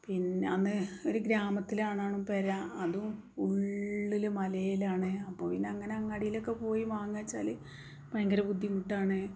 പിന്നെ അന്ന് ഒരു ഗ്രാമത്തിലാണ് പെര അതും ഉള്ളിൽ മലയിലാണ് അപ്പോൾ പിന്നെ അങ്ങനെ അങ്ങാടിയിലൊക്കെ പോയി മാങ്ങാച്ചാല് ഭയങ്കര ബുദ്ധിമുട്ടാണ്